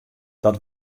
dat